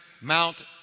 Mount